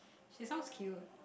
she sounds cute